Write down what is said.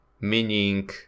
Meaning